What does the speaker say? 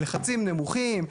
לחצים נמוכים,